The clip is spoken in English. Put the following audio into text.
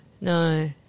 no